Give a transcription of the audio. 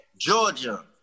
Georgia